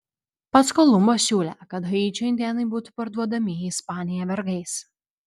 pats kolumbas siūlė kad haičio indėnai būtų parduodami į ispaniją vergais